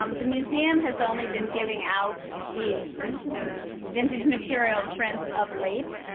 um the museum has only been giving out these vintage material prints of late.